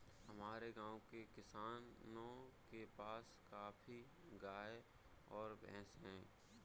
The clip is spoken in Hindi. हमारे गाँव के किसानों के पास काफी गायें और भैंस है